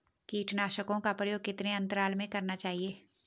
कीटनाशकों का प्रयोग कितने अंतराल में करना चाहिए?